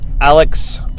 Alex